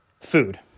food